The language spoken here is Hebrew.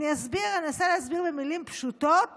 אני אנסה להסביר במילים פשוטות